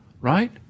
right